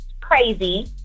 crazy